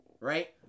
Right